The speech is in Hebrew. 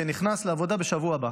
וייכנס לעבודה בשבוע הבא,